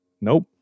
Nope